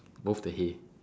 both the hay